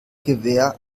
gewehr